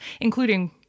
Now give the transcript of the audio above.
including